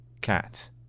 cat